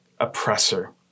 oppressor